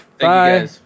bye